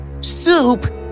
Soup